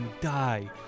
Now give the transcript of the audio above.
die